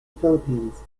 philippines